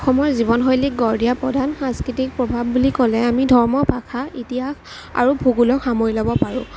অসমৰ জীৱনশৈলীক গঢ় দিয়া প্ৰধান সাংস্কৃতিক প্ৰভাৱ বুলি ক'লে আমি ধৰ্ম ভাষা ইতিহাস আৰু ভূগোলক সামৰি ল'ব পাৰোঁ